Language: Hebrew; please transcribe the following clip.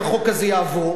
אם החוק הזה יעבור,